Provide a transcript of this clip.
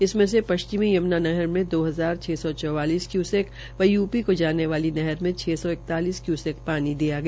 इसमे से पश्चिमी यम्ना नहर में द हजार छ सौ चौवालिस क्यूसेक व उत्तरप्रदेश क जाने वाली नहर में छ सौ इकतालिस कयूसेक पानी दिया गया